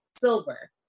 Silver